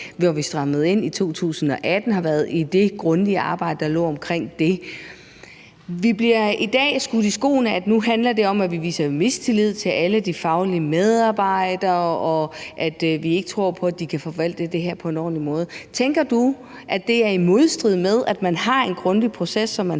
hvor vi strammede op, i 2018, altså har været involveret i det grundige arbejde, der lå omkring det. Vi bliver i dag skudt i skoene, at nu handler det om, at vi viser mistillid til alle de faglige medarbejdere, og at vi ikke tror på, at de kan forvalte det her på en ordentlig måde. Tænker du, at det er i modstrid med, at man har en grundig proces, som man